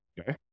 okay